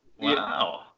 Wow